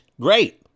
great